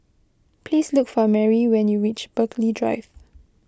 please look for Marry when you reach Burghley Drive